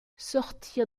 sortir